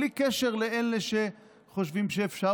בלי קשר לאלה שחושבים שאפשר,